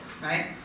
right